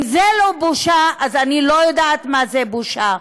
אם זה לא בושה, אני לא יודעת מה זה בושה.